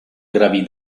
gravi